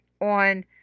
on